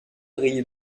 rayée